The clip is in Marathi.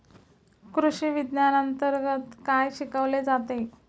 कृषीविज्ञानांतर्गत काय शिकवले जाते?